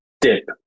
dip